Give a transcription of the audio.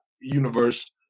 universe